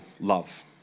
love